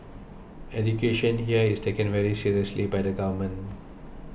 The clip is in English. education here is taken very seriously by the government